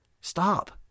Stop